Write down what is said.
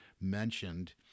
mentioned